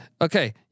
Okay